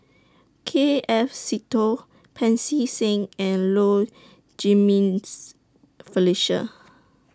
K F Seetoh Pancy Seng and Low Jimenez Felicia